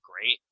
Great